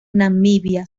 namibia